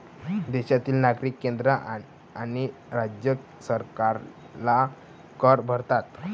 देशातील नागरिक केंद्र आणि राज्य सरकारला कर भरतात